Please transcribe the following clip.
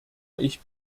ich